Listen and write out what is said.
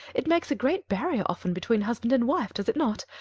it makes a great barrier often between husband and wife, does it not?